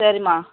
சரிம்மா